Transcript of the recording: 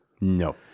No